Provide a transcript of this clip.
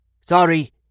Sorry